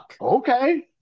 okay